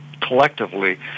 collectively